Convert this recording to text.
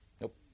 Nope